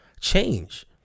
change